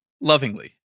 lovingly